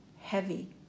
heavy